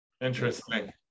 interesting